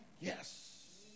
Yes